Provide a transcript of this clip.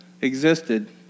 existed